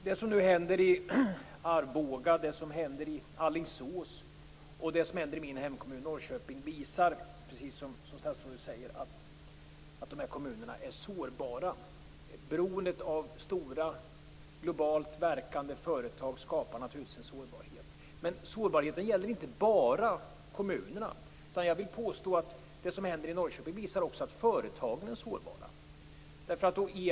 Det som nu händer i Arboga, i Alingsås och i min hemkommun Norrköping visar, precis som statsrådet säger, att de här kommunerna är sårbara. Beroendet av stora globalt verkande företag skapar naturligtvis en sårbarhet. Men sårbarheten gäller inte bara kommunerna. Jag vill påstå att det som händer i Norrköping också visar att företagen är sårbara.